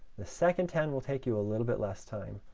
the second ten will take you a little bit less time.